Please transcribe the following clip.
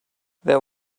there